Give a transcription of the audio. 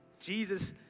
Jesus